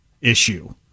issue